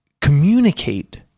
communicate